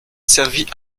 servit